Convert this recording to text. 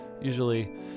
usually